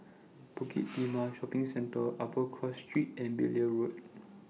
Bukit Timah Shopping Centre Upper Cross Street and Blair Road